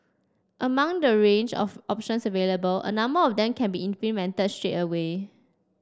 among the range of options available a number of them can be implemented straight away